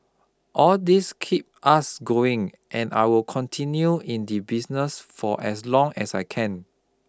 all these keep us going and I will continue in the business for as long as I can